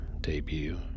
debut